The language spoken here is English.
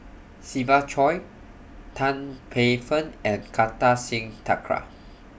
Siva Choy Tan Paey Fern and Kartar Singh Thakral